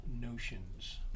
notions